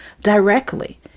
directly